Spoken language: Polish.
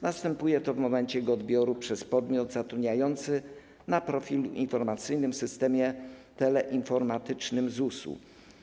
Następuje to w momencie odbioru wezwania przez podmiot zatrudniający na profilu informacyjnym w systemie teleinformatycznym ZUS.